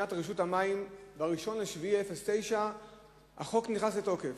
מבחינת רשות המים ב-1 ביולי 2009 החוק נכנס לתוקף.